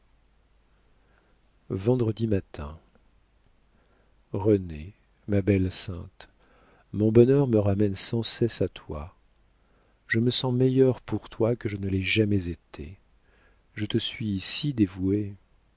vendredi matin renée ma belle sainte mon bonheur me ramène sans cesse à toi je me sens meilleure pour toi que je ne l'ai jamais été je te suis si dévouée